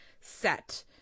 set